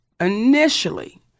initially